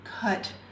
cut